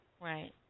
Right